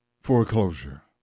Foreclosure